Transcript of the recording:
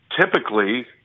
typically